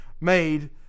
Made